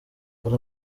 hari